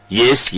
yes